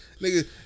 nigga